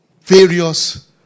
various